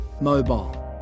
Mobile